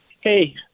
Hey